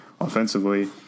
offensively